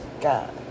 God